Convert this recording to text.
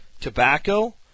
Tobacco